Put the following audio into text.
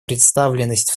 представленность